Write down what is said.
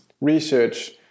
research